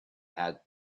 had